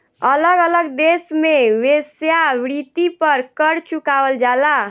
अलग अलग देश में वेश्यावृत्ति पर कर चुकावल जाला